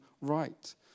right